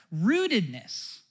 Rootedness